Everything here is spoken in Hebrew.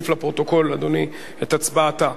ובכן, 17 בעד, אין מתנגדים ואין נמנעים.